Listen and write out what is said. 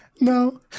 No